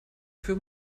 für